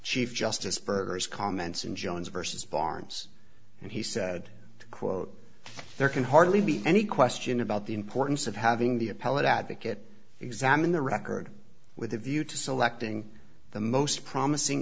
chief justice burger's comments in jones versus barnes and he said quote there can hardly be any question about the importance of having the appellate advocate examine the record with a view to selecting the most promising